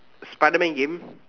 Spiderman game